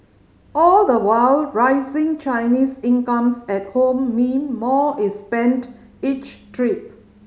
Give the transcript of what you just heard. all the while rising Chinese incomes at home mean more is spent each trip